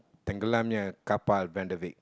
tenggelamnya kapal Van-Der-Wijck